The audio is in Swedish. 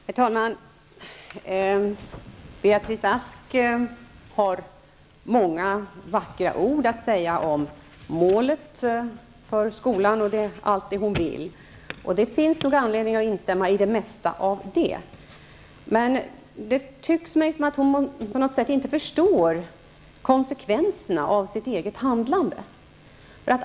Herr talman! Beatrice Ask har många vackra ord att säga om målet för skolan och om allt det hon vill genomföra. Det finns nog anledning att instämma i det mesta. Det tycks mig emellertid som om hon på något sätt inte förstod konsekvenserna av sitt eget handlande.